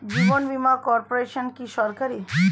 জীবন বীমা কর্পোরেশন কি সরকারি?